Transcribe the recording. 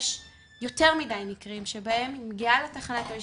יש יותר מדי מקרים שבהם היא מגיעה לתחנת המשטרה,